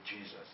Jesus